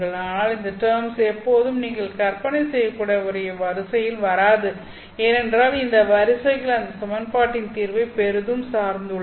ஆனால் இந்த டெர்ம்ஸ் எப்போதும் நீங்கள் கற்பனை செய்யக்கூடிய ஒரு வரிசையில் வராது ஏனென்றால் இந்த வரிசைகள் அந்த சமன்பாட்டின் தீர்வைப் பெரிதும் சார்ந்துள்ளது